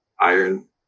iron